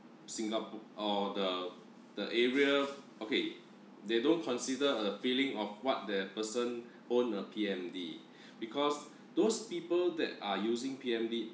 singap~ or the the area okay they don't consider a feeling of what the person own a P_M_D because those people that are using P_M_D